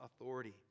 authority